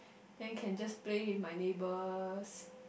then can just play with my neighbours